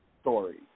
story